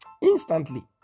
Instantly